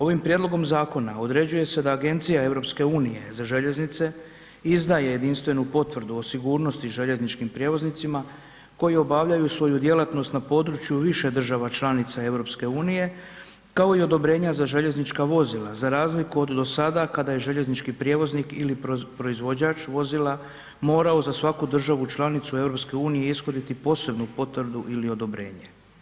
Ovim prijedlogom zakona određuje se da Agencija EU za željeznice izdaje jedinstvenu potvrdu o sigurnosti željezničkim prijevoznicima koji obavljaju svoju djelatnost na području više država članica EU kao i odobrenja za željeznička vozila, za razliku od do sada kada je željeznički prijevoznik ili proizvođač vozila morao za svaku državu članicu EU ishoditi posebnu potvrdu ili odobrenje.